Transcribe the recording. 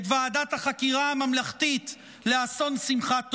ועדת החקירה הממלכתית לאסון שמחת תורה.